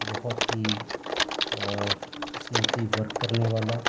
بہت ہی smoothly work کرنے والا